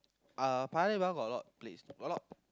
uh Paya-Lebar got a lot place got a lot